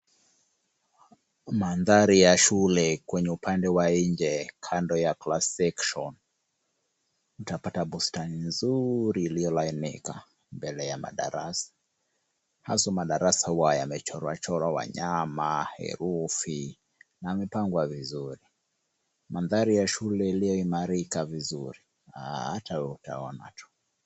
Mandhari ya shule kwenye upande wa nje kando ya [c]restriction[c] . Utapata bustani nzuri iliyolainika mbele ya madarasa. Hayo madarasa huwa yamechorwa chorwa wanyama, herufi na yamepangwa vizuri. Mandhari ya shule iliyoimarika vizuri hata wewe utaona tu.